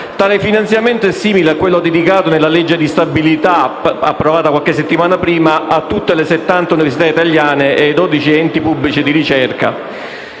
Tale finanziamento è simile a quello dedicato dalla legge di stabilità, approvata qualche settimana prima, a tutte le settanta università italiane e ai dodici enti pubblici di ricerca.